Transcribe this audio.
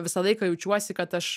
visą laiką jaučiuosi kad aš